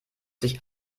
sich